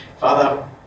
Father